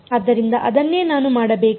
ಆದ್ದರಿಂದ ಅದನ್ನೇ ನಾವು ಮಾಡಬೇಕು